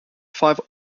five